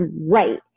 right